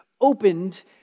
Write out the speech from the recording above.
opened